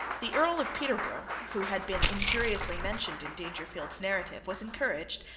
the earl of peterborough, who had been injuriously mentioned in dangerfield's narrative, was encouraged,